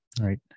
Right